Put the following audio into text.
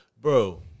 bro